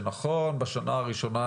שנכון בשנה הראשונה